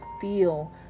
feel